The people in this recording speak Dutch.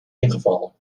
ingevallen